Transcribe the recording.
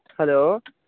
hello